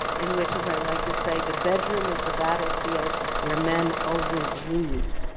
in which, as i like to say the bedroom is the battlefield where men always lose.